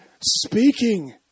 speaking